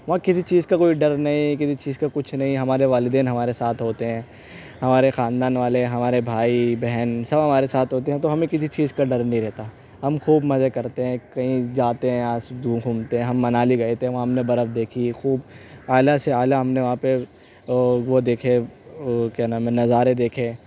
وہاں کسی چیز کا کوئی ڈر نہیں کسی چیز کا کچھ نہیں ہمارے والدین ہمارے ساتھ ہوتے ہیں ہمارے خاندان والے ہمارے بھائی بہن سب ہمارے ساتھ ہوتے ہیں تو ہمیں کسی چیز کا ڈر نہیں رہتا ہم خوب مزے کرتے ہیں کہیں جاتے ہیں گھومتے ہیں ہم منالی گئے تھے وہاں ہم نے برف دیکھی ہے خوب اعلیٰ سے اعلیٰ ہم نے وہاں پہ وہ دیکھے وہ کیا نام ہے نظارے دیکھے